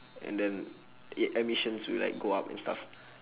and then e~ emissions will go up and stuff